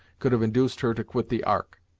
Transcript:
could have induced her to quit the ark.